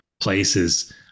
places